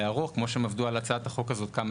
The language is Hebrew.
וארוך כמו שעבדו על הצעת החוק הזו כמה